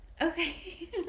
Okay